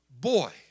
Boy